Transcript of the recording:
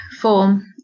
form